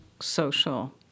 social